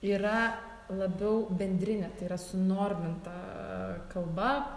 yra labiau bendrinė tai yra sunorminta kalba